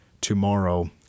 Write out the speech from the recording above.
tomorrow